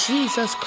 Jesus